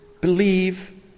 believe